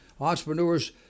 entrepreneurs